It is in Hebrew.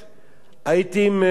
הייתי ברכב